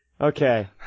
Okay